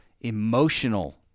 emotional